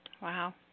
Wow